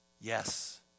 Yes